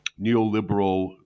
neoliberal